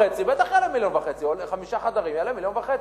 בטח יעלה 1.5 מיליון: חמישה חדרים יעלה 1.5 מיליון.